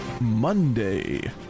monday